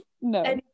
no